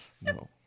No